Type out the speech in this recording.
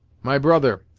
my brother,